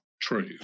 true